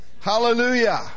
Hallelujah